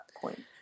point